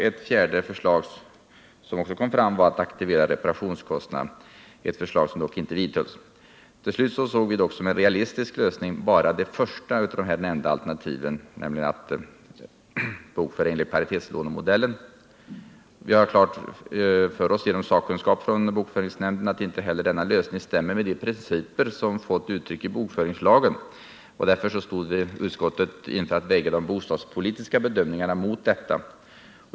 Ett fjärde förslag som kom fram var att man skulle kunna aktivera reparationskostnaderna — ett förslag som dock inte vidhölls. Till slut såg vi dock som en realistisk lösning bara det första av de här nämnda alternativen, nämligen att bokföra enligt paritetslånemodellen. Vi hade helt klart för oss genom sakkunskap från bokföringsnämnden att inte heller denna lösning stämmer med de principer som fått uttryck i bokföringslagen. Därför stod utskottet inför att väga de bostadspolitiska bedömningarna mot detta.